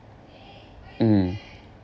mm